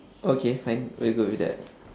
okay fine we'll go with that